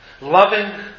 Loving